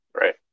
Right